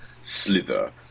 slither